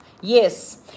Yes